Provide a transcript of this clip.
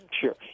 sure